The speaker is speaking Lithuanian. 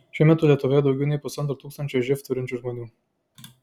šiuo metu lietuvoje daugiau nei pusantro tūkstančio živ turinčių žmonių